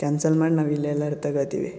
cancel ಮಾಡಿ ನಾವು ಇಲ್ಲೇ ಎಲ್ಲಾರೂ ತಗೋತೀವಿ